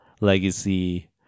legacy